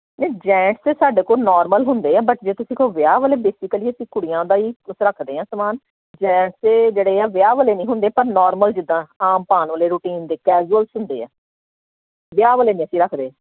ਨਹੀਂ ਜੈਂਟਸ ਅਤੇ ਸਾਡੇ ਕੋਲ ਨੋਰਮਲ ਹੁੰਦੇ ਆ ਬਟ ਜੇ ਤੁਸੀਂ ਕੋਈ ਵਿਆਹ ਵਾਲੇ ਬੇਸਿਕਲੀ ਅਸੀਂ ਕੁੜੀਆਂ ਦਾ ਹੀ ਕੁਛ ਰੱਖਦੇ ਆ ਸਮਾਨ ਜੈਟਸ ਦੇ ਜਿਹੜੇ ਆ ਵਿਆਹ ਵਾਲੇ ਨਹੀਂ ਹੁੰਦੇ ਪਰ ਨੋਰਮਲ ਜਿੱਦਾਂ ਆਮ ਪਾਉਣ ਵਾਲੇ ਰੂਟੀਨ ਦੇ ਕੈਜੁਅਲ ਹੁੰਦੇ ਆ ਵਿਆਹ ਵਾਲੇ ਨਹੀਂ ਅਸੀਂ ਰੱਖਦੇ